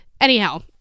anyhow